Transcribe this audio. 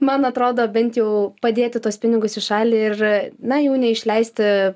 man atrodo bent jau padėti tuos pinigus į šalį ir na jų neišleisti